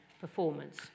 performance